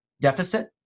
deficit